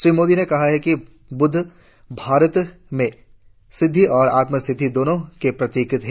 श्री मोदी ने कहा कि ब्द्ध भारत में सिद्वि और आत्म सिद्धि दोनों के प्रतीक हैं